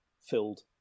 filled